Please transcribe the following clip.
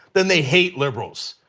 then they hate liberals.